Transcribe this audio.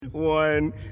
one